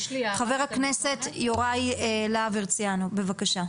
חבר הכנסת יוראי להב הרצנו בבקשה.